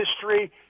history